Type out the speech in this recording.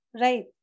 Right